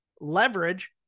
leverage